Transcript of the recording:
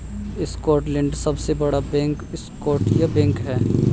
Scotland का सबसे बड़ा बैंक स्कॉटिया बैंक है